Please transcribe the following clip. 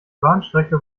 bahnstrecke